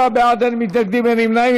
24 בעד, אין מתנגדים, אין נמנעים.